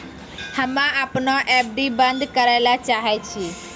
हम्मे अपनो एफ.डी बन्द करै ले चाहै छियै